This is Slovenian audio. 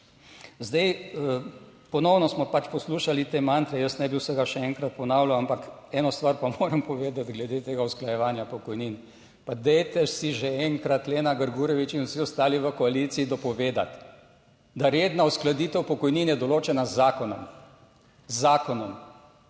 Zdaj, ponovno smo pač poslušali te mantre. Jaz ne bi vsega še enkrat ponavljal, ampak eno stvar pa moram povedati glede tega usklajevanja pokojnin. Dajte si že enkrat Lena Grgurevič in vsi ostali v koaliciji dopovedati, da redna uskladitev pokojnin je določena z zakonom, z zakonom